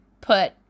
put